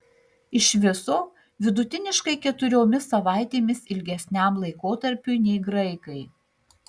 iš viso vidutiniškai keturiomis savaitėmis ilgesniam laikotarpiui nei graikai